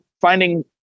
finding